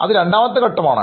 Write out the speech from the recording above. അത് രണ്ടാമത്തെ ഘട്ടമാണ്